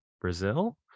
brazil